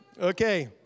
Okay